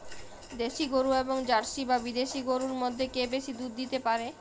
দেশী গরু এবং জার্সি বা বিদেশি গরু মধ্যে কে বেশি দুধ দিতে পারে?